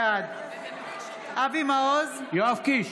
בעד יואב סגלוביץ'